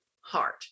heart